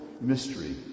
mystery